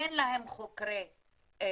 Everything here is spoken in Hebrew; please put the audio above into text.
אין להם חוקרים וחוקרות